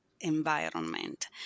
environment